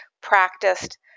practiced